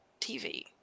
TV